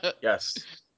Yes